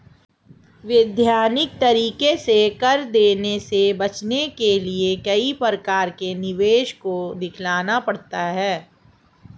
वैधानिक तरीके से कर देने से बचने के लिए कई प्रकार के निवेश को दिखलाना पड़ता है